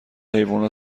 حیوونا